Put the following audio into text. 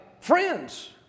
Friends